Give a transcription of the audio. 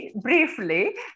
Briefly